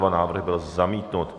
Návrh byl zamítnut.